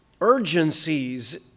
urgencies